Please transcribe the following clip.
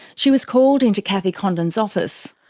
she was called into cathy condon's office.